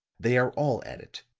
they are all at it.